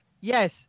Yes